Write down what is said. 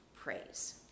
praise